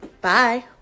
bye